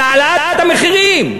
על העלאת המחירים.